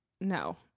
No